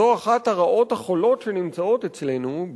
זו אחת הרעות החולות שנמצאות אצלנו,